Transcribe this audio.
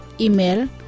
Email